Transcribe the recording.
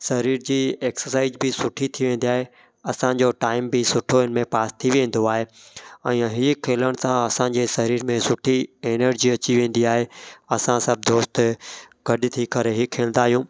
शरीर जी एक्सोसाईज बि सुठी थी वेंदी आहे असांजो टाईम बि सुठो इनमें पास थी वेंदो आहे ऐं हीअ खेलण सां असांजे शरीर में सुठी एनर्जी अची वेंदी आहे असां सभु दोस्त गॾु थी करे हीअ खेलंदा आहियूं